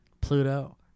Pluto